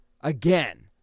Again